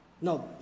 No